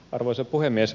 arvoisa puhemies